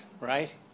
Right